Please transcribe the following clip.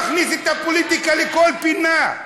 מה אתה מכניס את הפוליטיקה לכל פינה?